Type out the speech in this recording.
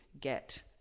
get